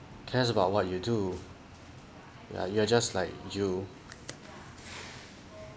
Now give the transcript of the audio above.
cares about what you do ya you are just like you